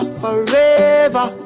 forever